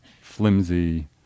flimsy